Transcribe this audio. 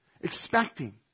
expecting